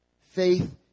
Faith